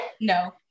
no